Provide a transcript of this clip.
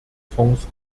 fonds